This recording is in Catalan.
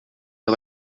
que